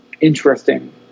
interesting